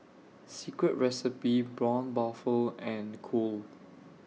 Secret Recipe Braun Buffel and Cool